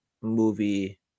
movie